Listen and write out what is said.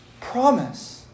promise